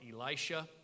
Elisha